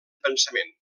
pensament